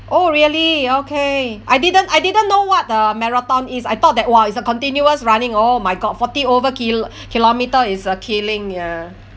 oh really okay I didn't I didn't know what the marathon is I thought that !wah! it's a continuous running oh my god forty over ki~ kilometre is uh killing ya